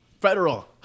federal